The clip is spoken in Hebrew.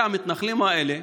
והמתנחלים האלה,